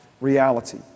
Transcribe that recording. reality